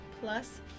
Plus